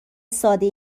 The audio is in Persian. ساده